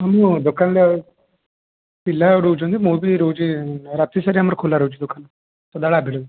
ମୁଁ ଦୋକାନ ରେ ପିଲା ରହୁଛନ୍ତି ମୁଁ ବି ରହୁଛି ରାତି ସାରା ଆମର ଖୋଲା ରହୁଛି ଦୋକାନ